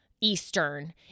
Eastern